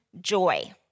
joy